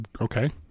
Okay